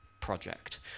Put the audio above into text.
project